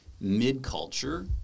mid-culture